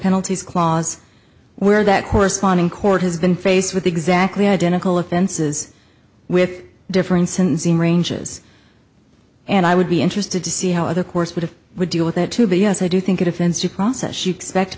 penalties clause where that corresponding court has been faced with exactly identical offenses with difference in seeing ranges and i would be interested to see how the course would have would deal with that too but yes i do think it offends you process she expect